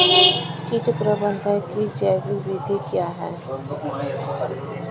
कीट प्रबंधक की जैविक विधि क्या है?